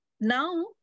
Now